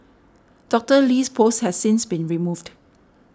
Doctor Lee's post has since been removed